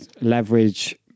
leverage